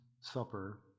supper